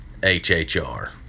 HHR